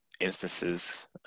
instances